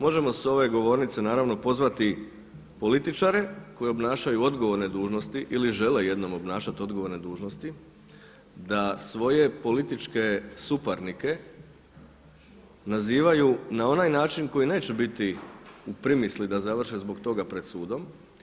Možemo s ove govornice naravno pozvati političare koji obnašaju odgovorne dužnosti ili žele jednom obnašati odgovorne dužnosti, da svoje političke suparnike nazivaju na onaj način koji neće biti u primisli da završe zbog toga pred sudom.